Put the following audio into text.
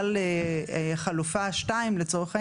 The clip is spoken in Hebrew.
חלופה שתיים, לצורך העניין,